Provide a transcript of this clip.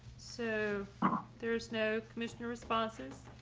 so there's no commissioner responses.